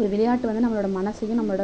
ஒரு விளையாட்டு வந்து நம்மளோட மனசையும் நம்மளோட